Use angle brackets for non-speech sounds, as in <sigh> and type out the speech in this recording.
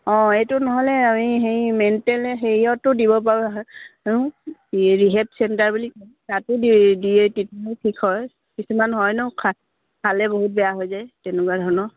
অঁ এইটো নহ'লে আমি হেৰি মেণ্টেল হেৰিয়তো দিব পাৰোঁ ৰিহেব চেণ্টাৰ বুলি কয় তাতো দি দিয়ে <unintelligible> ঠিক হয় কিছুমান হয় নহ্ খা খালে বহুত বেয়া হৈ যায় তেনেকুৱা ধৰণৰ